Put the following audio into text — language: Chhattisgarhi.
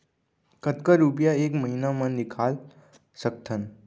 कतका रुपिया एक महीना म निकाल सकथन?